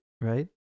right